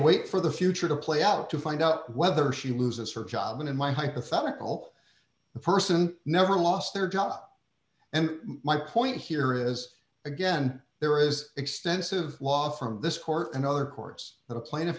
wait for the future to play out to find out whether she loses her job and in my hypothetical person never lost their job and my point here is again there is extensive law from this court and other courts that a plaint